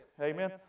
amen